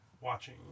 watching